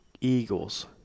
Eagles